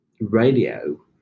radio